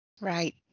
Right